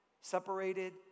Separated